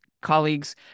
colleagues